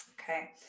Okay